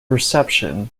reception